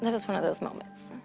that was one of those moments.